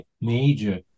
major